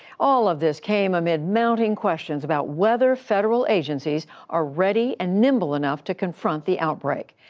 all of this came amid mounting questions about whether federal agencies are ready and nimble enough to confront the outbreak.